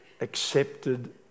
accepted